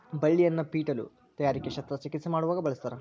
ಬಳ್ಳಿಯನ್ನ ಪೇಟಿಲು ತಯಾರಿಕೆ ಶಸ್ತ್ರ ಚಿಕಿತ್ಸೆ ಮಾಡುವಾಗ ಬಳಸ್ತಾರ